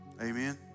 Amen